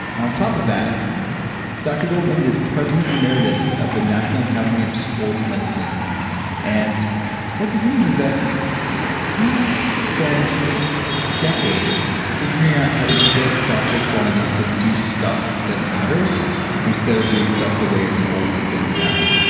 on top of that dr. goldman is president emeritus of the national academy of sports medicine and what this means is that he's spent decades figuring out how to get doctors to line up to do stuff that matters instead of doing stuff the way it's always been done.